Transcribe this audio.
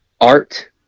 art